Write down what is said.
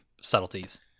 subtleties